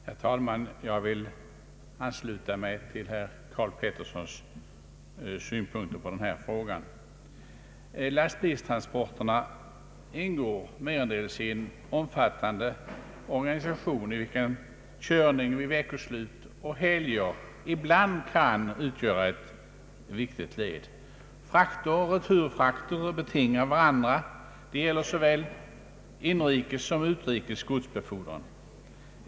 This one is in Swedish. Herr talman! Jag ansluter mig till herr Karl Petterssons synpunkter på denna fråga. Lastbilstransporterna ingår merendels i en omfattande organisation i vilken körning vid veckoslut och helger ibland kan utgöra ett viktigt led. Frakter och returfrakter är betingade av varandra. Det gäller såväl inrikes som utrikes godsbefordran.